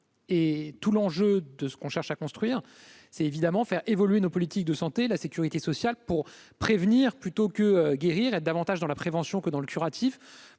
et tout l'enjeu de ce qu'on cherche à construire, c'est évidemment faire évoluer nos politiques de santé, la sécurité sociale pour prévenir plutôt que guérir davantage dans la prévention que dans le curatif,